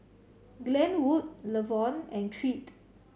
Glenwood Levon and Creed